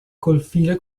confine